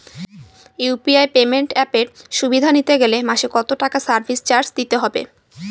UPI payment অ্যাপের সুবিধা নিতে গেলে মাসে কত টাকা সার্ভিস চার্জ দিতে হবে?